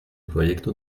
proyecto